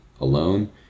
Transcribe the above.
alone